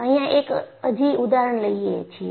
અહિયાં એક અજી ઉદાહરણ લઈએ છીએ